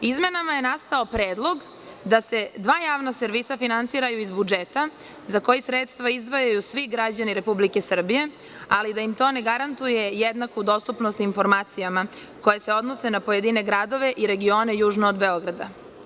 Izmenama je nastao predlog da se dva javna servisa finansiraju iz budžeta za koji sredstva izdvajaju svi građani Republike Srbije, ali da im to ne garantuje jednaku dostupnost informacijama koje se odnose na pojedine gradove i regione južno od Beograda.